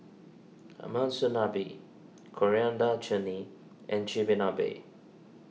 Ah Monsunabe Coriander Chutney and Chigenabe